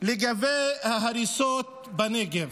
לגבי ההריסות בנגב,